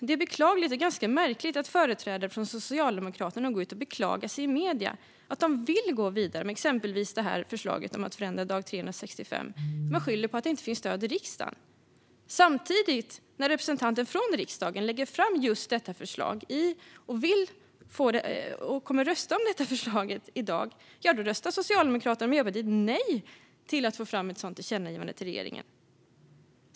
Det är beklagligt och ganska märkligt att företrädare från Socialdemokraterna går ut och beklagar sig i medierna över att de vill men inte kan gå vidare med exempelvis förslaget om att förändra dag 365. De skyller på att det inte finns stöd i riksdagen. Men när representanter från riksdagen lägger fram ett förslag om just detta och vill rösta om det, som vi kommer att göra i dag, då röstar Socialdemokraterna och Miljöpartiet nej till ett sådant tillkännagivande till regeringen.